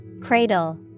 Cradle